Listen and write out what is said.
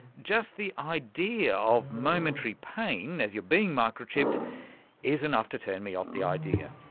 just the idea of momentary pain as you're being microchipped is enough to turn me off the idea.